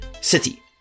city